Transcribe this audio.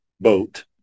boat